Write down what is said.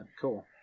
Cool